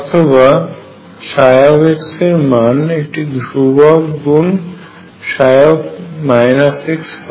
অথবা x এর মান একটি ধ্রুবক গুন x হয়